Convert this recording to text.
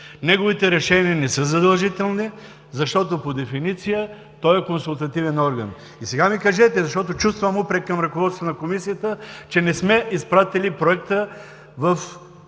Неговите решения не са задължителни, защото по дефиниция той е консултативен орган. И сега ми кажете, защото чувствам упрек към ръководството на Комисията, че не сме изпратили Проекта за